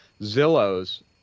Zillow's